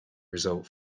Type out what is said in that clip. result